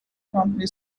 company